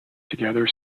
together